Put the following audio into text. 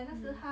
mm